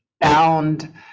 bound